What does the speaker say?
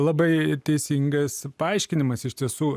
labai teisingas paaiškinimas iš tiesų